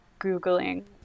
Googling